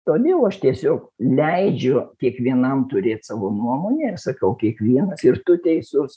todėl aš tiesiog leidžiu kiekvienam turėt savo nuomonę ir sakau kiekvienas ir tu teisus